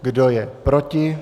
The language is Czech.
Kdo je proti?